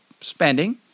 spending